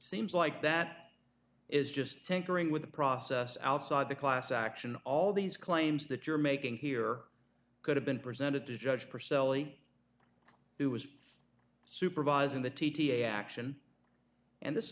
seems like that is just tinkering with the process outside the class action all these claims that you're making here could have been presented to judge purcell who was supervising the t t action and this